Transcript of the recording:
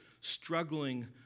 struggling